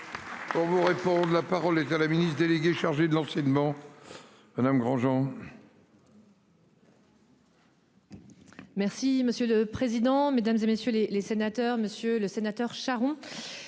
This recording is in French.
On vous répond de là. Par l'État, la ministre déléguée chargée de l'enseignement. Madame Grandjean.